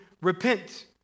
Repent